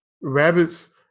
rabbits